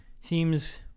seems